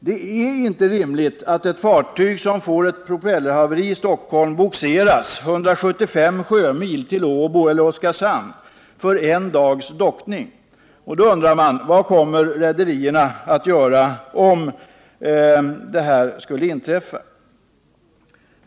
Det är inte rimligt att ett fartyg som får ett propellerhaveri i Stockholm bogseras 175 sjömil till Åbo eller Oskarshamn för en dags dockning. Jag undrar: Vad kommer rederierna att göra om detta skulle inträffa?